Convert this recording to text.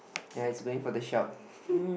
ya is going for the shop